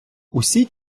усі